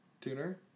Tuner